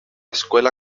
escuela